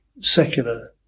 secular